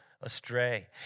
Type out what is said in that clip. astray